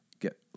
get